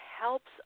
helps